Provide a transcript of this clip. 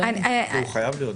הוא חייב להיות.